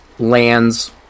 Lands